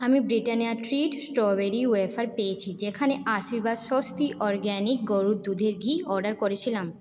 আমি Britannia treat strawberry wafer পেয়েছি যেখানে আশীর্বাদ স্বস্তি অরগ্যানিক গরুর দুধের ঘি অর্ডার করেছিলাম